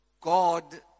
God